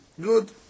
Good